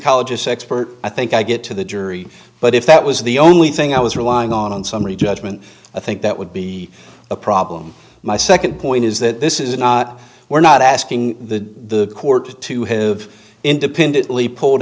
musicologists expert i think i get to the jury but if that was the only thing i was relying on in summary judgment i think that would be a problem my second point is that this is not we're not asking the court to have independently pulled